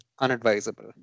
unadvisable